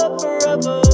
forever